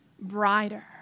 brighter